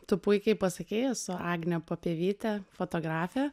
tu puikiai pasakei esu agnė papievytė fotografė